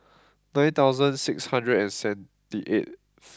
nine thousand six hundred and seventy eighth